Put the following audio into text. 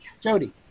Jody